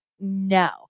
no